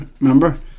remember